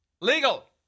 legal